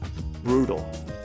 brutal